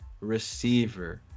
receiver